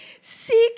seek